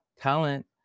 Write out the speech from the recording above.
talent